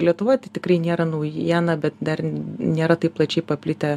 lietuvoj tikrai nėra naujiena bet dar nėra taip plačiai paplitę